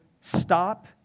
stop